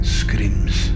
screams